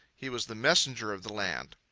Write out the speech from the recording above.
he was the messenger of the land.